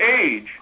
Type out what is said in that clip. age